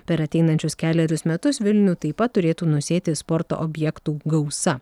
per ateinančius kelerius metus vilnių taip pat turėtų nusėti sporto objektų gausa